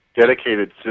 dedicated